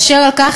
אשר על כך,